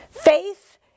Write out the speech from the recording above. Faith